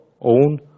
own